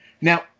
now